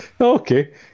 Okay